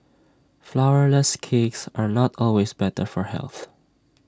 Flourless Cakes are not always better for health